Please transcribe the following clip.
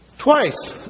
twice